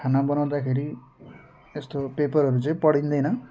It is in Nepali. खाना बनाउँदाखेरि यस्तो पेपरहरू चाहिँ पढिँदैन